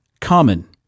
common